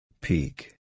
Peak